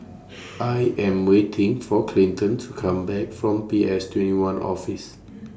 I Am waiting For Clinton to Come Back from P S two one Office